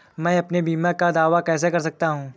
मैं अपने बीमा का दावा कैसे कर सकता हूँ?